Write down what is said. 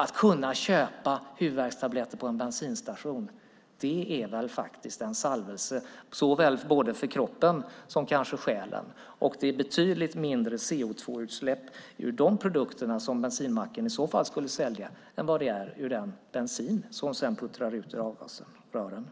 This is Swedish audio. Att kunna köpa huvudvärkstabletter på en bensinstation är väl en salvelse för såväl kroppen som själen? Det är betydligt färre CO2-utsläpp i de produkter som bensinmacken i så fall skulle sälja än vad det är i den bensin som puttrar ut ur avgasrören.